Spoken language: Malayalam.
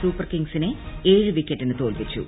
സൂപ്പർ കിങ്സിനെ ഏഴ് വിക്കറ്റിന് തോൽപ്പിച്ചു